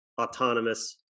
autonomous